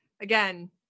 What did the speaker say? Again